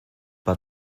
but